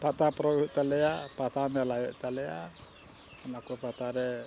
ᱯᱟᱛᱟ ᱯᱚᱨᱚᱵᱽ ᱦᱩᱭᱩᱜ ᱛᱟᱞᱮᱭᱟ ᱯᱟᱛᱟ ᱢᱮᱞᱟ ᱦᱩᱭᱩᱜ ᱛᱟᱞᱮᱭᱟ ᱚᱱᱟ ᱠᱚ ᱯᱟᱛᱟᱨᱮ